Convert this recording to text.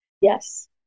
Yes